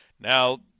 Now